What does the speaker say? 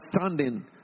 understanding